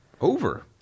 over